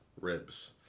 Ribs